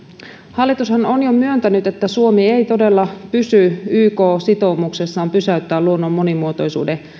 hallitushan on jo myöntänyt että suomi ei todella pysy yk sitoumuksessaan pysäyttää luonnon monimuotoisuuden